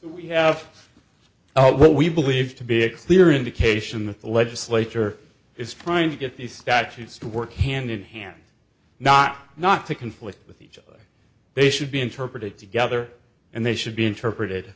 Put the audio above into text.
we have zero what we believe to be a clear indication that the legislature is trying to get the statutes to work hand in hand not not to conflict with each other they should be interpreted together and they should be interpreted